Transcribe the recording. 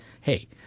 hey